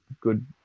good